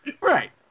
Right